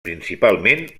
principalment